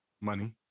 money